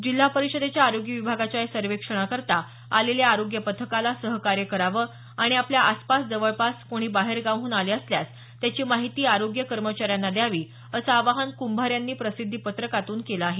जिल्हा परिषदेच्या आरोग्य विभागाच्या या सर्वेक्षणाकरता आलेल्या आरोग्य पथकाला सहकार्य करावं आणि आपल्या आसपास जवळपास कोणी बाहेरगावाहून आले असल्यास त्याची माहिती आरोग्य कर्मचाऱ्यांना द्यावी असं आवाहन कुंभार यांनी प्रसिद्धी पत्रकातून केलं आहे